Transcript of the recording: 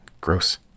gross